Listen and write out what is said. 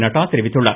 நட்டா தெரிவித்துள்ளார்